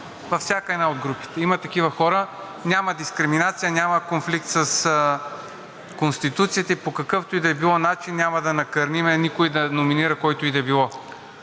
Във всяка една от групите има такива хора. Няма дискриминация, няма конфликт с Конституцията и по какъвто и да било начин няма да накърним никой да номинира когото и да е било.